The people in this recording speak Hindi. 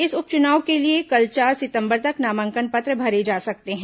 इस उप चुनाव के लिए कल चार सितंबर तक नामांकन पत्र भरे जा सकते हैं